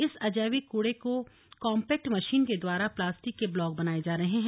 इस अजैविक कूड़े को कांपैक्ट मशीन के द्वारा प्लास्टिक के ब्लॉक बनाए जा रहे हैं